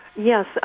Yes